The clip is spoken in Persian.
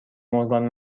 مورگان